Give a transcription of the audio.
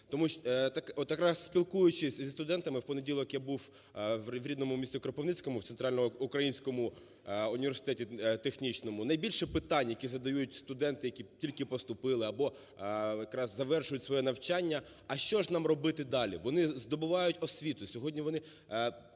Так от якраз спілкуючись зі студентами, в понеділок я був в рідному місті Кропивницькому, в Центрально-українському університеті технічному. Найбільше питань, які задають студенти, які тільки поступили або якраз завершують своє навчання: а що ж нам робити далі. Вони здобувають освіту,